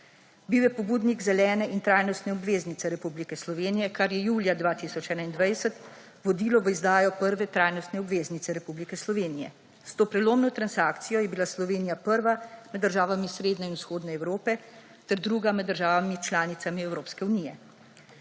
Bil je pobudnik zelene in trajnostne obveznice Republike Slovenije, kar je julija 2021 vodilo v izdajo prve trajnostne obveznice Republike Slovenije. S to prelomno transakcijo je bila Slovenija prva med državami srednje in vzhodne Evrope ter druga med državami članicami Evropske unije.